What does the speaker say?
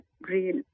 real